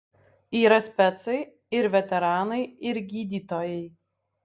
yra specai ir veterinarai ir gydytojai